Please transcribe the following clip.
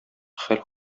хәл